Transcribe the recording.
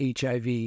hiv